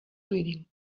reading